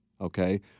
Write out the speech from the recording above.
Okay